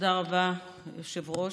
תודה רבה, היושב-ראש.